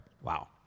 Wow